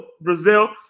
Brazil